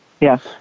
Yes